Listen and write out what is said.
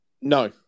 No